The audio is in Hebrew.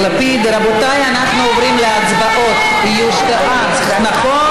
ואני באופן אישי מאוד גאה בכל היוזמות הנפלאות של החוק הזה,